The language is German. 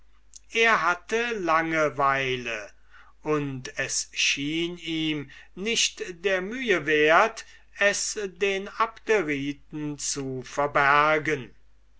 er hatte langeweile und es schien ihm nicht der mühe wert es den abderiten zu verbergen